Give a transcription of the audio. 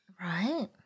Right